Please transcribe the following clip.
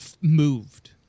moved